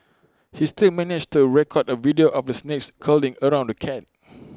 he still managed to record A video of the snakes curling around the cat